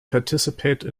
participate